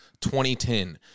2010